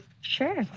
Sure